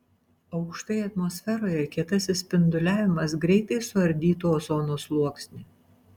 aukštai atmosferoje kietasis spinduliavimas greitai suardytų ozono sluoksnį